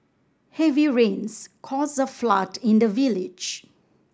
heavy rains caused a flood in the village